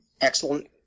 excellent